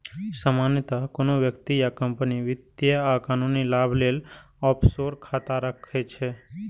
सामान्यतः कोनो व्यक्ति या कंपनी वित्तीय आ कानूनी लाभ लेल ऑफसोर खाता राखै छै